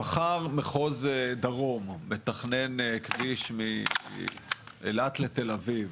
מחר מחוז דרום מתכנן כביש מאילת לתל אביב,